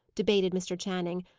debated mr. channing,